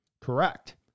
Correct